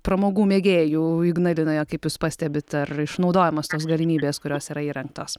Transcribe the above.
pramogų mėgėjų ignalinoje kaip jūs pastebit ar išnaudojamos tos galimybės kurios yra įrengtos